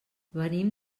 venim